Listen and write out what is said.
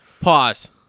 pause